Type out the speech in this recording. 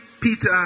Peter